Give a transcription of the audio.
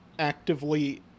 actively